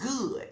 good